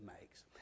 makes